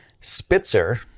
Spitzer